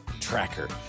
Tracker